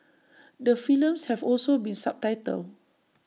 the films have also been subtitled